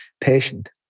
patient